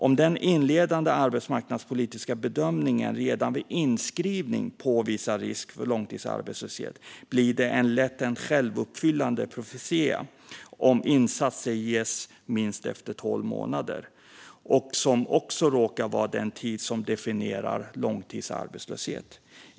Om den inledande arbetsmarknadspolitiska bedömningen redan vid inskrivning påvisar risk för långtidsarbetslöshet blir det lätt en självuppfyllande profetia om insatser ges efter minst tolv månader, vilket också råkar vara den tid som definierar långtidsarbetslöshet.